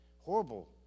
horrible